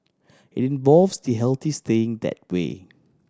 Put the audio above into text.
it involves the healthy staying that way